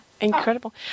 incredible